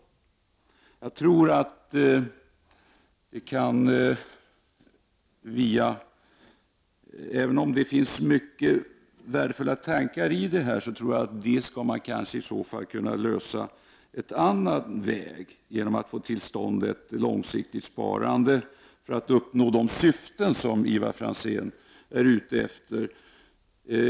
Även om det finns många värdefulla tankar i förslaget, tror jag att man skulle kunna få fram en annan väg att få till stånd ett långsiktigt sparande, för att uppnå de syften som Ivar Franzén är ute efter.